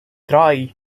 drei